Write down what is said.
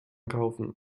kaufen